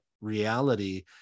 reality